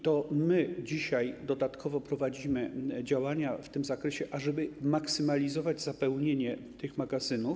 To my dzisiaj dodatkowo prowadzimy działania w tym zakresie, ażeby maksymalizować zapełnienie tych magazynów.